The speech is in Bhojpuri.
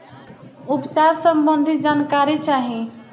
उपचार सबंधी जानकारी चाही?